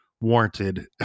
warranted